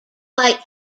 white